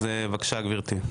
בקשה גברתי.